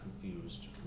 confused